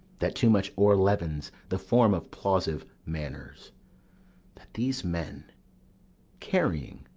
that too much o'er-leavens the form of plausive manners that these men carrying,